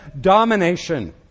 domination